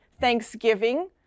thanksgiving